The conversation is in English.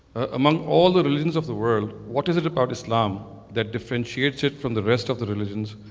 among all the religions of the world, what is it about islam that differentiates it from the rest of the religions?